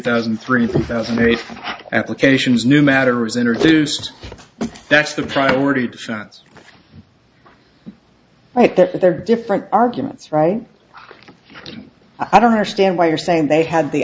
thousand three thousand married applications new matter was introduced that's the priority defense right that there are different arguments right i don't understand why you're saying they had the